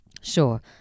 Sure